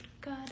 good